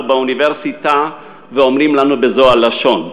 באוניברסיטה ואומרים לנו בזו הלשון: